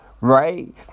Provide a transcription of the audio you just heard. right